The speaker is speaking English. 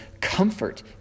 comfort